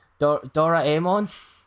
Doraemon